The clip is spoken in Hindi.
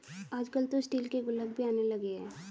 आजकल तो स्टील के गुल्लक भी आने लगे हैं